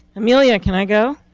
amelia, can i go?